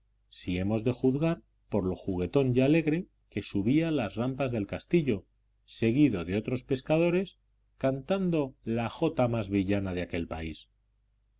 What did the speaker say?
si hemos de juzgar por lo juguetón y alegre que subía las rampas del castillo seguido de otros pescadores cantando la jota más villana de aquel país